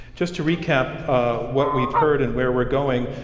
just to recap ah what we've heard and where we're going,